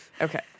Okay